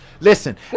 Listen